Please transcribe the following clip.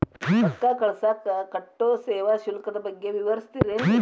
ರೊಕ್ಕ ಕಳಸಾಕ್ ಕಟ್ಟೋ ಸೇವಾ ಶುಲ್ಕದ ಬಗ್ಗೆ ವಿವರಿಸ್ತಿರೇನ್ರಿ?